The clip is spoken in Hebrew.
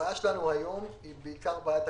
הבעיה שלנו היום היא בעיקר בעיה תקציבית.